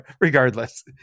Regardless